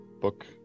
book